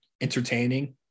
entertaining